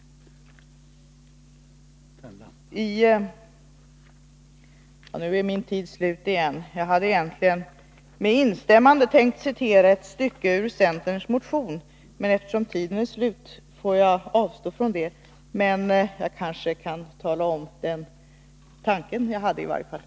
Nu är min taletid slut igen. Men jag hade egentligen — med instämmande — tänkt citera ett stycke ur centerns motion. Det får jag nu avstå från, men den tanke jag hade kan jag i alla fall redogöra för.